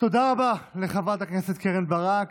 תודה רבה לחברת הכנסת קרן ברק.